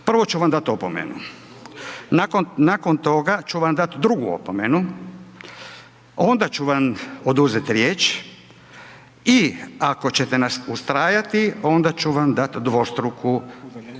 Prvo ću vam dat opomenu, nakon toga ću vam dat drugu opomenu, onda ću vam oduzet riječ i ako ćete ustrajati, onda ću vam dat dvostruku